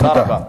תודה רבה.